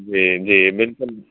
جی جی بالکل